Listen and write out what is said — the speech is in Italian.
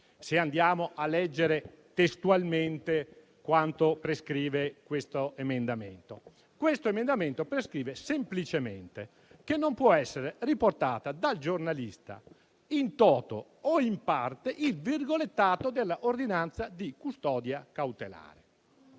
se andiamo a leggere testualmente quanto prescrive non vedo quale sia il bavaglio. Tale misura prescrive semplicemente che non può essere riportata dal giornalista *in toto* o in parte il virgolettato dell'ordinanza di custodia cautelare.